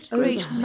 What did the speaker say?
great